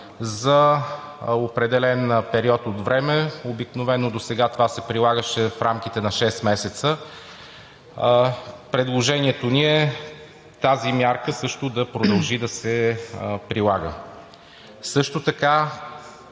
за определен период от време. Обикновено досега това се прилагаше в рамките на шест месеца, предложението ни е тази мярка също да продължи да се прилага. Също така